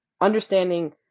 Understanding